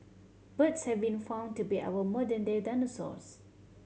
birds have been found to be our modern day dinosaurs